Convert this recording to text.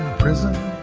prison